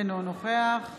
אינו נוכח